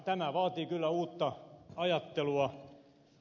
tämä vaatii kyllä uutta ajattelua